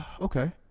Okay